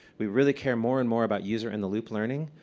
we really care more and more about user in the loop learning,